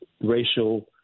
racial